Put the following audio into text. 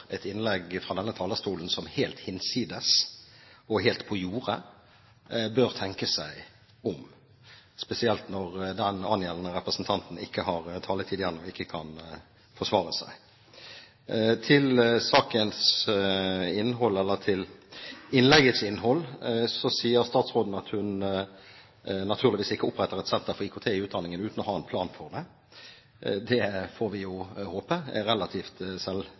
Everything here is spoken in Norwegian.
et innlegg fra denne talerstolen som helt «hinsides» og «helt på jordet», bør tenke seg om, spesielt når den angjeldende representanten ikke har taletid igjen, og ikke kan forsvare seg. Til innleggets innhold: Statsråden sier at hun naturligvis ikke oppretter et senter for IKT i utdanningen uten å ha en plan for det. Det får vi jo håpe. Det er relativt